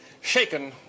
Shaken